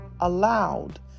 allowed